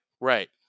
right